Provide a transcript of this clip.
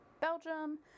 Belgium